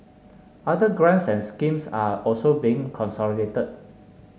other grants and schemes are also being consolidated